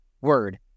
word